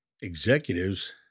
Executives